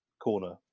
corner